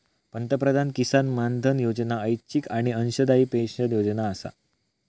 पंतप्रधान किसान मानधन योजना ऐच्छिक आणि अंशदायी पेन्शन योजना आसा